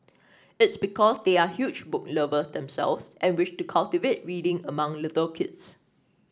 it's because they are huge book lovers themselves and wish to cultivate reading among little kids